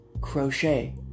crochet